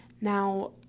Now